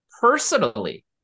personally